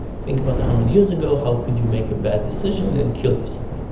think about a hundred years ago, how could you make a bad decision and kill yourself?